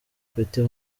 petit